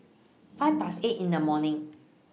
five Past eight in The morning